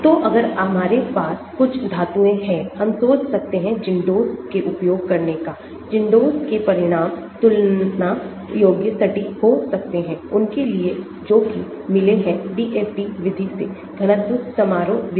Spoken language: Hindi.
तो अगर हमारे पास कुछ धातुएं हैं हम सोच सकते हैं ZINDOS के उपयोग करने का ZINDOS के परिणाम तुलना योग्य सटीक हो सकते हैं उनके लिए जोकिमिले हैं DFT विधि से घनत्व समारोह विधि